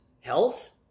health